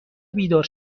بیدار